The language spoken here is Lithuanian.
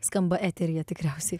skamba eteryje tikriausiai